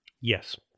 Yes